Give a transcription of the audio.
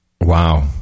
Wow